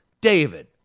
David